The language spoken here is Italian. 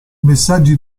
messaggi